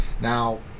Now